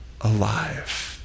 alive